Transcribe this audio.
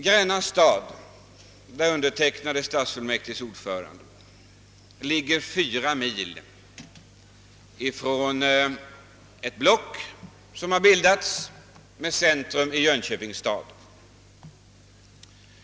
Gränna stad, där jag är ordförande i stadsfullmäktige, ligger fyra mil från ett block som har bildats med centrum i Jönköpings stad.